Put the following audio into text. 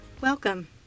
Welcome